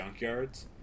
junkyards